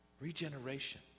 Regeneration